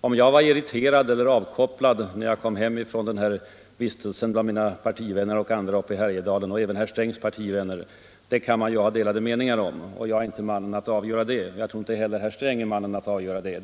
Om jag var irriterad eller avkopplad när jag kom hem ifrån vistelsen bland mina partivänner och andra i Härjedalen — även herr Strängs partivänner —- kan man ha delade meningar om. Jag kan inte avgöra det, och jag tror inte heller att herr Sträng är mannen att bedöma det.